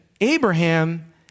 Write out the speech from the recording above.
Abraham